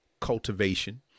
cultivation